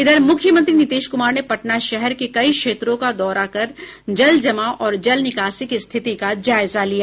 इधर मुख्यमंत्री नीतीश कुमार ने पटना शहर के कई क्षेत्रों का दौरा कर जल जमाव और जल निकासी की स्थिति का जायजा लिया